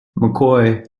mccoy